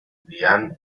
diane